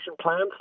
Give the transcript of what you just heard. plans